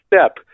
step